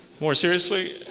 more seriously,